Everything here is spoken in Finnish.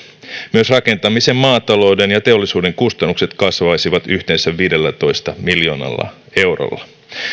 myös rakentamisen maatalouden ja teollisuuden kustannukset kasvaisivat yhteensä viidellätoista miljoonalla eurolla